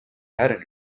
heading